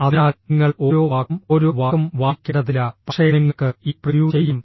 അതിനാൽ നിങ്ങൾ ഓരോ വാക്കും ഓരോ വാക്കും വായിക്കേണ്ടതില്ല പക്ഷേ നിങ്ങൾക്ക് ഈ പ്രിവ്യൂ ചെയ്യാം